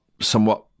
somewhat